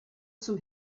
zum